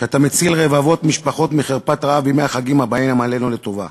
שאתה מציל רבבות משפחות מחרפת רעב בימי החגים הבאים עלינו לטובה.